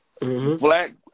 Black